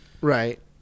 Right